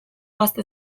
gazte